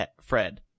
Fred